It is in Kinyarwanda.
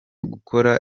gukora